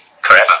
forever